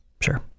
Sure